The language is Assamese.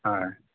হয়